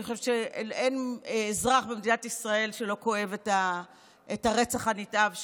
אני חושבת שאין אזרח במדינת ישראל שלא כואב את הרצח הנתעב שלהם,